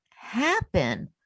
happen